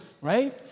Right